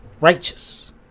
righteous